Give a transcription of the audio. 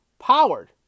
powered